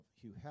Hugh